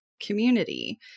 community